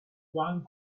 one